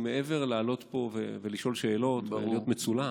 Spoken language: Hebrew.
מעבר ללעלות פה ולשאול שאלות ולהיות מצולם,